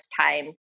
time